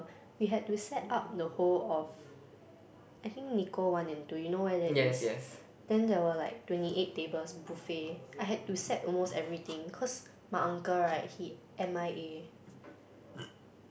we had to set up the whole of I think one and two you know where that is then there were like twenty eight tables buffet I had to set almost everything cause my uncle right he M_I_A